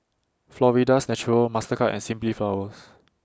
Florida's Natural Mastercard and Simply Flowers